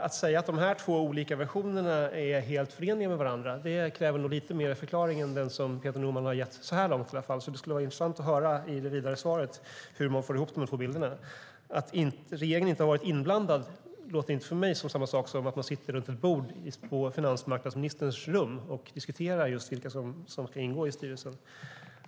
Att säga att de två olika versionerna är helt förenliga med varandra kräver nog lite mer förklaring än den som Peter Norman har gett så här långt, så det skulle vara intressant att höra i det vidare svaret hur man får ihop de här två bilderna. Att regeringen inte har varit inblandad låter inte för mig som samma sak som att man sitter runt ett bord på finansmarknadsministerns rum och diskuterar just vilka som ska ingå i styrelsen.